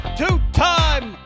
two-time